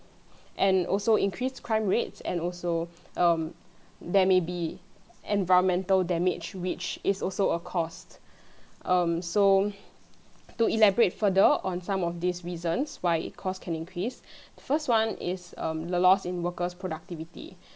and also increased crime rates and also um there may be environmental damage which is also a cost um so to elaborate further on some of this reasons why it cost can increase first one is um l~ loss in worker's productivity